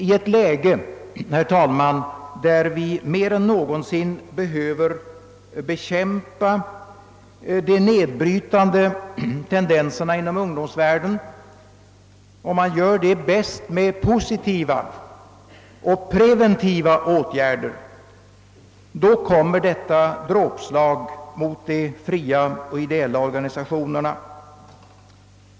I ett läge, herr talman, där vi mer än någonsin behöver bekämpa de nedbrytande tendenserna inom ungdomsvärlden, vilket man bäst gör med positiva och preventiva åtgärder, kommer detta dråpslag mot de fria och idéella organisationerna.